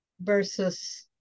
versus